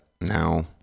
now